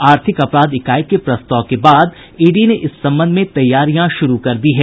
आर्थिक अपराध इकाई के प्रस्ताव के बाद ईडी ने इस संबंध में तैयारियां शुरू कर दी है